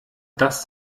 das